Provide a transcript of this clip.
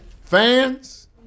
Fans